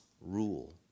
rule